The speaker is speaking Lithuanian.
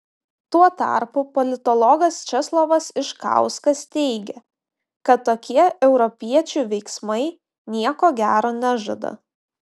tuo tarpu politologas česlovas iškauskas teigia kad tokie europiečių veiksmai nieko gero nežada